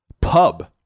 pub